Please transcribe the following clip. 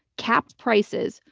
capped prices,